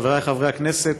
חבריי חברי הכנסת,